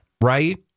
Right